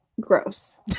gross